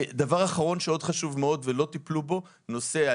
נקודות מצוינות.